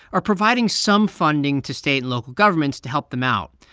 are providing some funding to state and local governments to help them out.